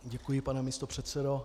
Děkuji, pane místopředsedo.